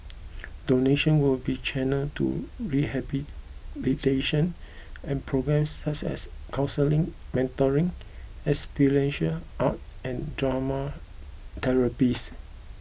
donation will be channelled to rehabilitation programmes such as counselling mentoring experiential art and drama therapies